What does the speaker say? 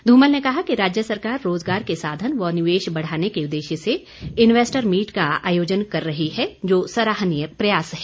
धूमल ने कहा कि राज्य सरकार रोजगार के साधन व निवेश बढ़ाने के उद्देश्य से इन्वेस्टर मीट का आयोजन कर रही है जो सराहनीय प्रयास है